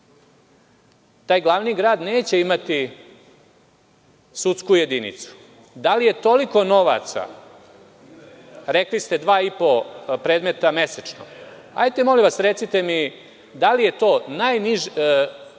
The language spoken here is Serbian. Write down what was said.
Taj glavni grad neće imati sudsku jedinicu. Da li je toliko novaca, rekli ste 2,5 predmeta mesečno. Hajte molim vas, recite mi koji je sud kao